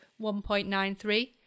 1.93